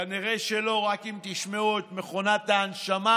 כנראה שלא, רק אם תשמעו את מכונת ההנשמה